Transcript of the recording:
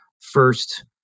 first